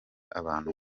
abantu